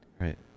right